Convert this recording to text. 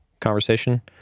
conversation